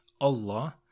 Allah